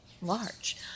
large